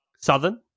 Southern